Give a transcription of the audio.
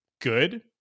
good